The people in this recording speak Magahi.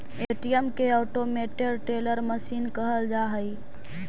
ए.टी.एम के ऑटोमेटेड टेलर मशीन कहल जा हइ